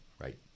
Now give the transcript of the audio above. Right